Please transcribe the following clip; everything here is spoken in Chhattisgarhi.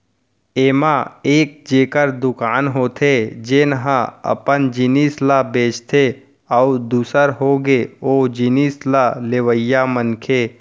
ऐमा एक जेखर दुकान होथे जेनहा अपन जिनिस ल बेंचथे अउ दूसर होगे ओ जिनिस ल लेवइया मनखे